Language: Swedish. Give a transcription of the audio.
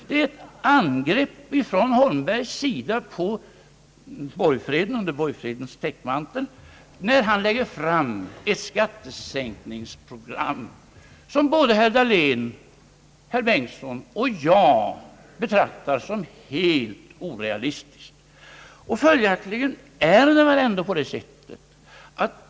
Det är ett angrepp från herr Holmberg på borgfreden under borgfredens täckmantel när han lägger fram ett skattesänkningsprogram, som herr Dahlén, herr Bengtson och jag betraktar såsom helt orealistiskt.